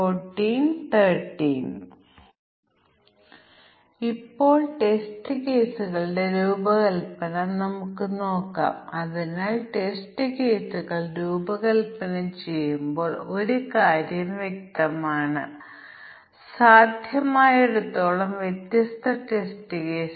ഒന്നിലധികം പരാമീറ്ററുകൾക്കായി പ്രത്യേക മൂല്യ ടെസ്റ്റ് കേസുകൾ രൂപകൽപ്പന ചെയ്യുന്ന വിധത്തിൽ ഞങ്ങൾ പറഞ്ഞതിൽ ഒരു അനുമാനം ഏത് സമയത്തും ഒരു അതിർത്തിക്ക് പ്രശ്നമുണ്ടാകാം